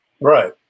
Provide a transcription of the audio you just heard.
Right